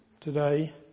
today